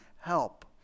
help